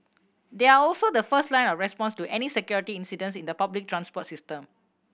they are also the first line of response to any security incidents in the public transport system